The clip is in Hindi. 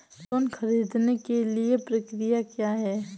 लोन ख़रीदने के लिए प्रक्रिया क्या है?